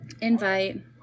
Invite